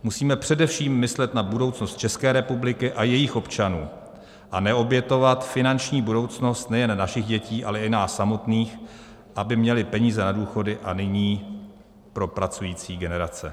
Musíme především myslet na budoucnost České republiky a jejích občanů, a ne obětovat finanční budoucnost nejen našich dětí, ale i nás samotných, aby měli peníze na důchody a nyní pro pracující generace.